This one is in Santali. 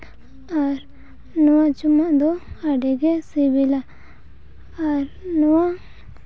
ᱟᱨ ᱱᱚᱣᱟ ᱡᱚᱢᱟᱜ ᱫᱚ ᱟᱹᱰᱤᱜᱮ ᱥᱤᱵᱤᱞᱟ ᱟᱨ ᱱᱚᱣᱟ